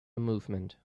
movement